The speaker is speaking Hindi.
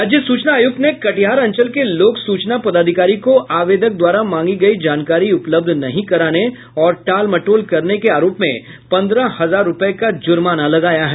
राज्य सूचना आयुक्त ने कटिहार अंचल के लोक सूचना पदाधिकारी को आवेदक द्वारा मांगी गयी जानकारी उपलब्ध नहीं कराने और टालमटोल करने के आरोप में पंद्रह हजार रूपये का जुर्माना लगाया है